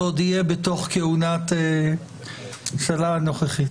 עוד יהיה בתוך כהונת הממשלה הנוכחית.